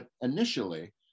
initially